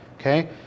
okay